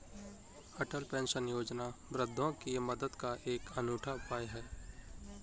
अटल pension योजना वृद्धों की मदद का एक अनूठा उपाय है